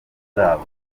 zabo